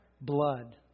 Blood